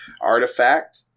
artifact